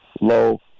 low